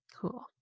Cool